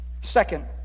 Second